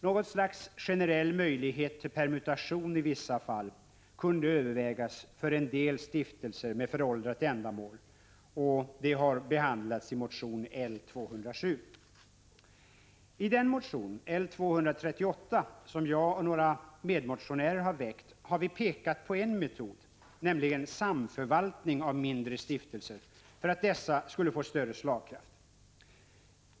Något slags generella möjligheter till permutation i vissa fall borde övervägas för en del stiftelser med föråldrat ändamål. Detta har behandlats i motion L207. I motion L238, som jag och några medmotionärer har väckt, har vi pekat på en metod, nämligen samförvaltning av mindre stiftelser för att dessa skall få större slagkraft.